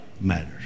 matters